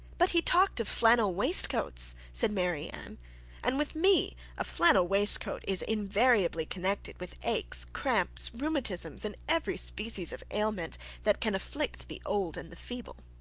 but he talked of flannel waistcoats, said marianne and with me a flannel waistcoat is invariably connected with aches, cramps, rheumatisms, and every species of ailment that can afflict the old and the feeble.